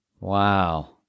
Wow